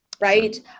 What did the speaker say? right